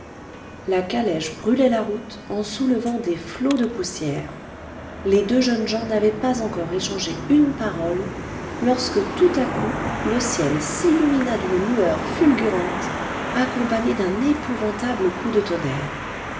la calèche brûlait la route en soulevant des flots de poussière les deux jeunes gens n'avaient pas encore échangé une parole lorsque tout à coup le ciel s'illumina d'une lueur fulgurante accompagnée d'un épouvantable coup de tonnerre